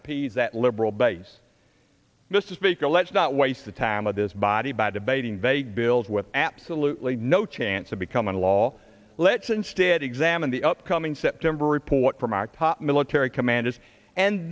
that liberal base mr speaker let's not waste the time of this body by debating vague bills with absolutely no chance of becoming law let's instead examine the upcoming september report from our pop military commanders and